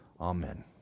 Amen